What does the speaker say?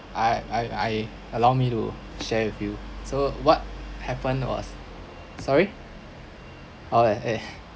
I I I allow me to share with you so what happened was sorry oh eh eh